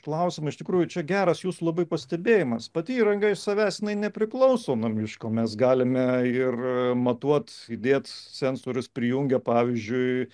klausimą iš tikrųjų čia geras jūsų labai pastebėjimas pati įranga iš savęs jinai nepriklauso nuo miško mes galime ir matuot įdėt sensorius prijungę pavyzdžiui